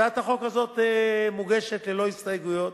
הצעת החוק הזאת מוגשת ללא הסתייגויות.